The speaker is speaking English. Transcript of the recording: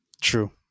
True